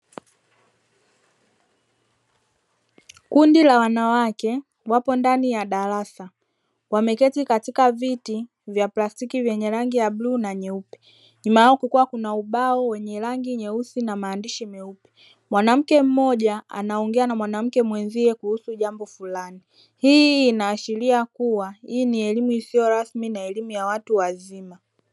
Kundi la wanawake wapo ndani ya darasa, wameketi katika viti vya plastiki vyenye rangi ya buluu na nyeupe, nyuma yao kukiwa kuna ubao wenye rangi nyeusi na maandishi meupe, mwanamke mmoja anaongea na mwanamke mwenzie kuhusu jambo fulani, hii ina ashiria kuwa hii ni elimu isiyo rasmi na elimu ya watu wazima.